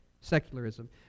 Secularism